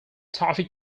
toffee